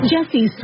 Jesse